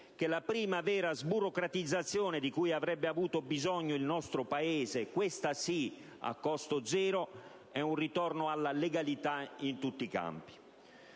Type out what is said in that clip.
che la prima vera sburocratizzazione di cui avrebbe avuto bisogno il nostro Paese, questa sì a costo zero, è un ritorno alla legalità in tutti i campi.